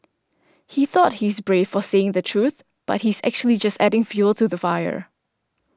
he thought he's brave for saying the truth but he's actually just adding fuel to the fire